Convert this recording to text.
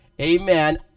amen